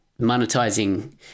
monetizing